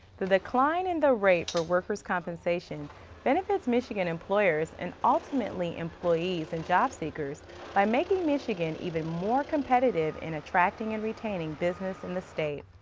the decline in the rate for workers compensation benefits michigan employers and ultimately employees and job seekers by making michigan even more competitive in attracting and retaining business in the state.